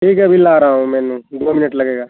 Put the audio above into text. ठीक है अभी ला रहा हूँ मेनू दो मिनट लगेगा